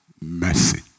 mercy